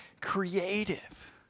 creative